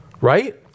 right